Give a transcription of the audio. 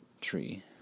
tree